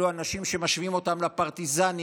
אלו אנשים שמשווים אותם לפרטיזנים,